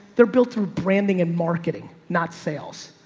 they're built for branding and marketing, not sales.